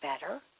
better